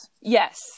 yes